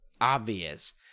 obvious